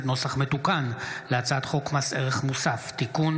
נוסח מתוקן להצעת חוק מס ערך מוסף (תיקון,